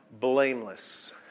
blameless